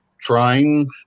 Trying